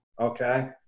Okay